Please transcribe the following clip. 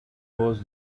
was